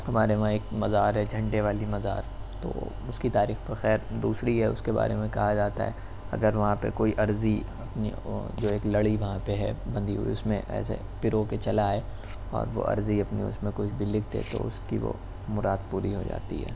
ہمارے وہاں ایک مزار ہے جھنڈے والی مزار تو اس کی تاریخ تو خیر دوسری ہے اس کے بارے میں کہا جاتا ہے اگر وہاں پہ کوئی عرضی اپنی جو ہے ایک لڑی وہاں پہ ہے بندھی ہوئی اس میں ایسے پرو کے چلا آئے اور وہ عرضی اپنی اس میں کچھ بھی لکھ دے تو اس کی وہ مراد پوری ہو جاتی ہے